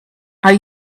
are